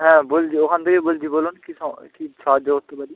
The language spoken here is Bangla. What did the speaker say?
হ্যাঁ বলছি ওখান থেকে বলছি বলুন কী সা কী সাহায্য করতে পারি